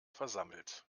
versammelt